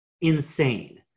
insane